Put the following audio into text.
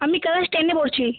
আমি ক্লাস টেনে পড়ছি